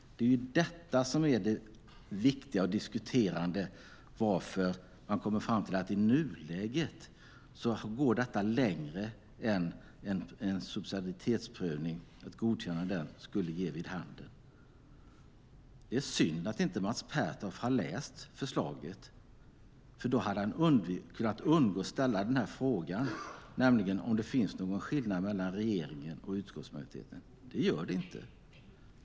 Det är detta som är det viktiga och diskuterande när det gäller varför man kommer fram till att detta i nuläget går längre än en subsidiaritetsprövning, att godkänna den, skulle ge vid handen. Det är synd att inte Mats Pertoft har läst förslaget. Då hade han kunnat undvika att ställa frågan om det finns någon skillnad mellan regeringen och utskottsmajoriteten. Det gör det inte.